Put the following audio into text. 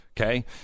okay